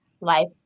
Life